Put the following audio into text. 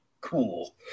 Cool